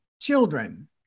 children